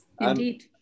indeed